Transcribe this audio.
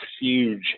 huge